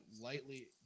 lightly